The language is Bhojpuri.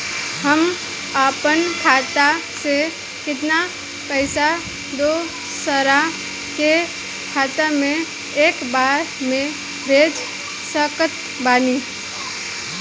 हम अपना खाता से केतना पैसा दोसरा के खाता मे एक बार मे भेज सकत बानी?